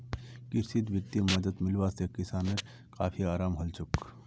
कृषित वित्तीय मदद मिलवा से किसानोंक काफी अराम हलछोक